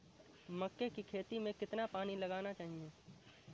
मक्के की खेती में कितना पानी लगाना चाहिए?